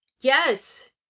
Yes